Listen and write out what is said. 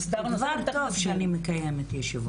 כבר טוב שאני מקיימת ישיבות.